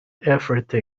everything